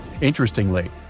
Interestingly